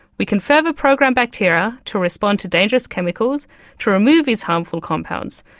we can further program bacteria to respond to dangerous chemicals to remove these harmful compounds.